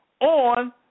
on